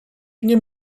nie